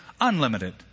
unlimited